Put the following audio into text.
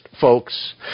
folks